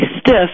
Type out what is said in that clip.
stiff